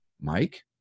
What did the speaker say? Mike